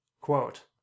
quote